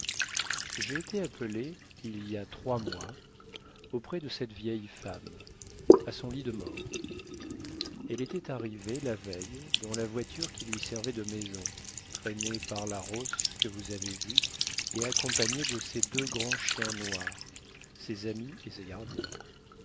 j'ai été appelé il y a trois mois auprès de cette vieille femme à son lit de mort elle était arrivée la veille dans la voiture qui lui servait de maison traînée par la rosse que vous avez vue et accompagnée de ses deux grands chiens noirs ses amis et ses gardiens